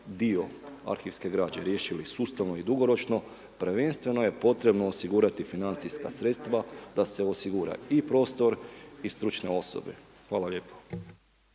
dio arhivske građe riješili sustavno i dugoročno, prvenstveno je potrebno osigurati financijska sredstva da se osigura i prostor i stručne osobe. Hvala lijepa.